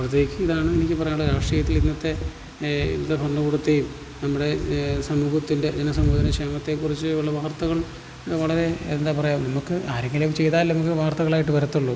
അപ്പോഴത്തേക്ക് ഇതാണ് എനിക്ക് പറയാനുള്ളത് രാഷ്ട്രീയത്തിൽ ഇന്നത്തെ ഇവിടെ ഭരണകൂടത്തെയും നമ്മുടെ സമൂഹത്തിൻറ്റെ ജന സമൂഹത്തിൻറ്റെ ക്ഷേമത്തെ കുറിച്ച് ഉള്ള വാർത്തകൾ വളരെ എന്താ പറയുക നമുക്ക് ആരെങ്കിലും ചെയ്താലല്ലെ നമുക്ക് വാർത്തകളായിട്ട് വരത്തുള്ളു